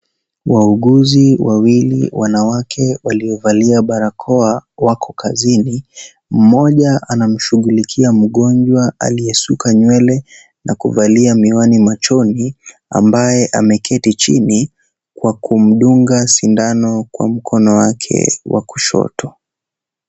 Wauguzi wawili wanawake waliovalia barakoa wako kazini, mmoja anamshughulikia mgonjwa aliyesuka nywele na kuvalia miwani machoni ambaye ameketi chini, kwa kumdunga sindano kwa mkono wake wa kushoto.